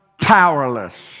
powerless